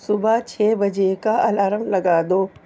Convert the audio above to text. صبح چھ بجے کا الارم لگا دو